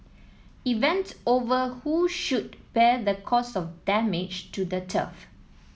event over who should bear the cost of damage to the turf